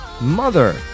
Mother